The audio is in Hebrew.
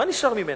מה נשאר ממנה?